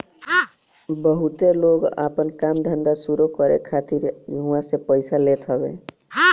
बहुते लोग आपन काम धंधा शुरू करे खातिर इहवा से पइया लेत हवे